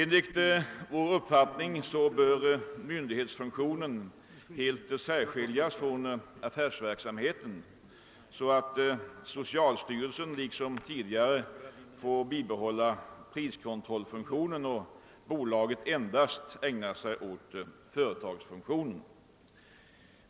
Enligt vår uppfattning bör myndighetsfunktionen helt särskiljas från affärsverksamheten, så att socialstyrelsen får behålla priskontrollfunktionen och bolaget endast ägna sig åt företagsfunktionen.